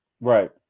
Right